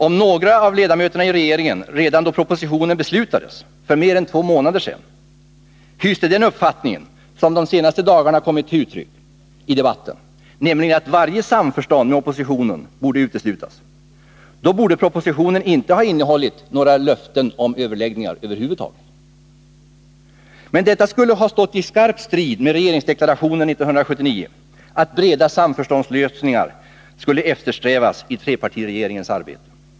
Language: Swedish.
Om några av ledamöterna av regeringen redan då propositionen skrevs för mer än två månader sedan hyste den uppfattning som de senaste dagarna kommit till uttryck i debatten, nämligen att varje samförstånd med oppositionen borde uteslutas, borde propositionen inte ha innehållit några löften om överläggningar över huvud taget. Men detta skulle ha stått i skarp strid med regeringsdeklarationen 1979, att breda samförståndslösningar skulle eftersträvas i trepartiregeringens arbete.